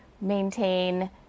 maintain